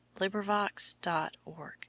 LibriVox.org